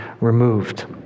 removed